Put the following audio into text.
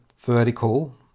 vertical